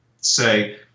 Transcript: say